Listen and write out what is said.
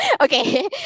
okay